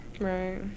Right